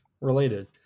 related